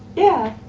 yeah,